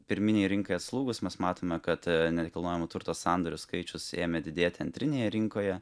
pirminėje rinkoje atslūgus mes matome kad nekilnojamo turto sandorių skaičius ėmė didėti antrinėje rinkoje